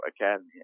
academy